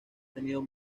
tenido